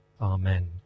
Amen